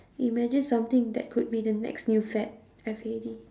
imagine something that could be the next new fad F A D